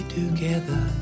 together